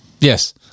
Yes